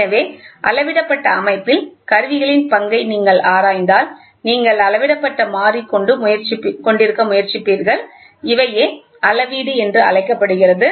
எனவே அளவிடப்பட்ட அமைப்பில் கருவிகளின் பங்கை நீங்கள் ஆராய்ந்தால் நீங்கள் அளவிடப்பட்ட மாறி கொண்டிருக்க முயற்சிப்பீர்கள் இவையே அளவீடு என்று அழைக்கப்படுகிறது